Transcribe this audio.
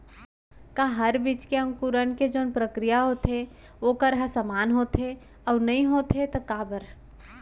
का हर बीज के अंकुरण के जोन प्रक्रिया होथे वोकर ह समान होथे, अऊ नहीं होथे ता काबर?